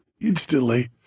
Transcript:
instantly